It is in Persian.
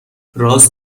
راس